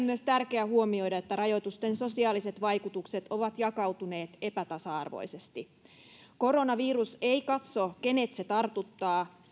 myös tärkeä huomioida että rajoitusten sosiaaliset vaikutukset ovat jakautuneet epätasa arvoisesti koronavirus ei katso kenet se tartuttaa